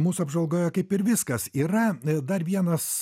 mūsų apžvalgoje kaip ir viskas yra dar vienas